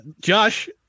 Josh